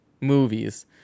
movies